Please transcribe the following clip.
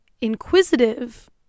inquisitive